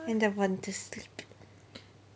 and I want to sleep